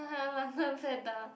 London Fat Duck